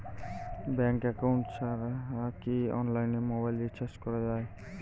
Bank account ছাড়া কি অনলাইনে মোবাইল রিচার্জ করা যায়?